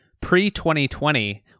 pre-2020